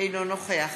אינו נוכח